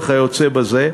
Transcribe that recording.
וכיוצא בזה,